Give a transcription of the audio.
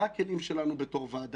מה הכלים שלנו בתור ועדה?